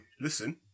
listen